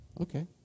okay